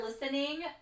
listening